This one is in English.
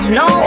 no